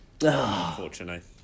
Unfortunately